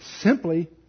simply